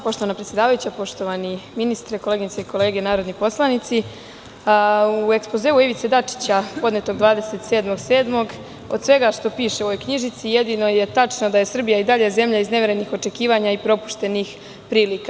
Poštovana predsedavajuća, poštovani ministre, koleginice i kolege narodni poslanici, u ekspozeu Ivice Dačića, podnetog 27. jula, od svega što piše u ovoj knjižici jedino je tačno da je Srbija i dalje zemlja izneverenih očekivanja i propuštenih prilika.